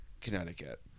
Connecticut